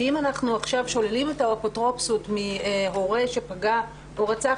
שאם אנחנו שוללים את האפוטרופסות מהורה שפגע או רצח,